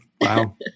Wow